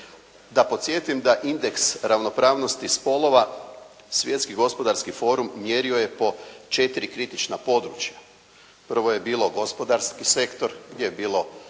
Da podsjetim da indeks ravnopravnosti spolova Svjetski gospodarski forum mjerio je po četiri kritična područja. Prvo je bilo gospodarski sektor gdje je bilo